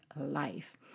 life